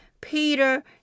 Peter